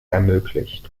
ermöglicht